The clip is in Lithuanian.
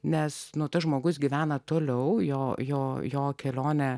nes nuo tas žmogus gyvena toliau jo jo jo kelionę